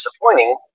disappointing